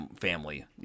family